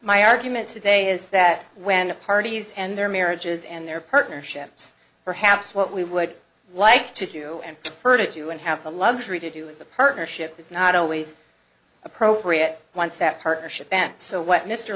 my argument today is that when the parties and their marriages and their partnerships perhaps what we would like to do and her to do and have the luxury to do is a partnership is not always appropriate once that partnership bent so what mr